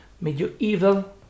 medieval